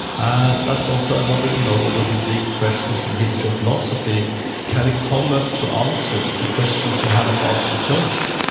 and that's also another, a you know lot of the big questions in history of philosophy can come up to answers to questions you haven't asked yourself.